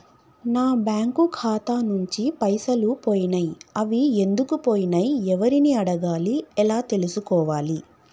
నా బ్యాంకు ఖాతా నుంచి పైసలు పోయినయ్ అవి ఎందుకు పోయినయ్ ఎవరిని అడగాలి ఎలా తెలుసుకోవాలి?